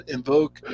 Invoke